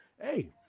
hey